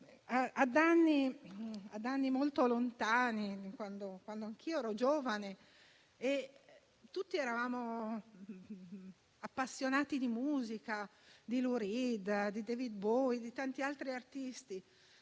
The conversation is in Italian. ad anni molto lontani, quando anch'io ero giovane e tutti eravamo appassionati di musica, di Lou Reed, di David Bowie e di tanti altri artisti.